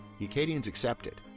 the acadians accepted.